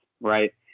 right